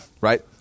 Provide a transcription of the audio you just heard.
right